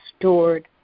stored